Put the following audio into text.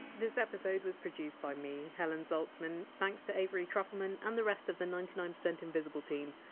this episode was produced by me, helen zaltzman. thanks to avery trufelman and the rest of the ninety nine percent invisible team,